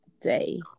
day